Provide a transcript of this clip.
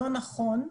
לא נכון,